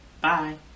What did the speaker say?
Bye